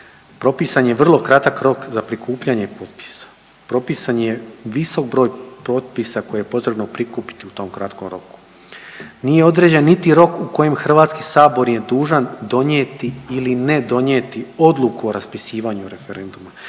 Propisan je vrlo kratak rok za prikupljanje potpisa, propisan je visok broj potpisa koje je potrebno prikupiti u tom kratkom roku, nije određen niti rok u kojem HS je dužan donijeti ili ne donijeti odluku o raspisivanju referenduma,